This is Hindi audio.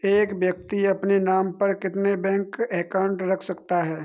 एक व्यक्ति अपने नाम पर कितने बैंक अकाउंट रख सकता है?